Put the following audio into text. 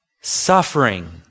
suffering